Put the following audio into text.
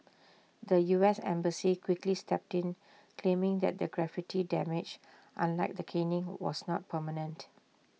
the U S embassy quickly stepped in claiming that the graffiti damage unlike the caning was not permanent